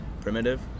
Primitive